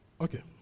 Okay